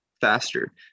faster